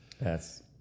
Yes